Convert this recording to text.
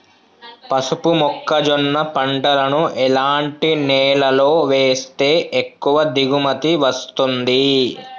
పసుపు మొక్క జొన్న పంటలను ఎలాంటి నేలలో వేస్తే ఎక్కువ దిగుమతి వస్తుంది?